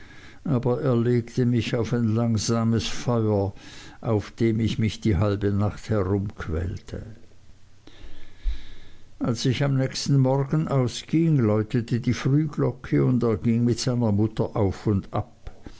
aber er legte mich auf ein langsames feuer auf dem ich mich die halbe nacht herumquälte als ich am nächsten morgen ausging läutete die frühglocke und er ging mit seiner mutter auf und ab